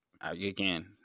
again